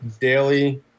daily